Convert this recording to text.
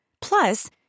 Plus